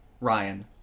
Ryan